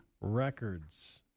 Records